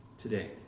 today